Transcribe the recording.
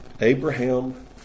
Abraham